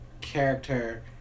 character